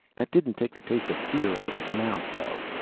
that didn't take the taste of fear out of his mouth, though.